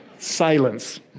silence